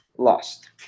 Lost